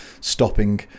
stopping